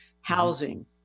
housing